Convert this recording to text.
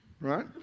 right